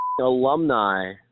alumni